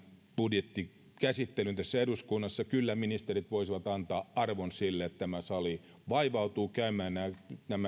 budjettikäsittelyn tässä eduskunnassa kyllä ministerit voisivat antaa arvon sille että tämä sali vaivautuu käymään